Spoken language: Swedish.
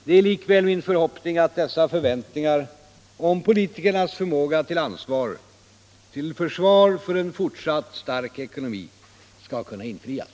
Det är likväl min förhoppning att dessa förväntningar på politikernas förmåga till försvar av en fortsatt stark ekonomi skall kunna infrias.